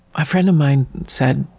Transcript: a friend of mine said,